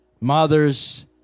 mothers